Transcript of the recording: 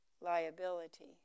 liability